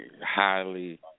highly